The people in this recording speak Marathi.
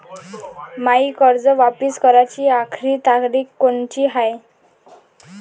मायी कर्ज वापिस कराची आखरी तारीख कोनची हाय?